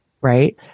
Right